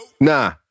Nah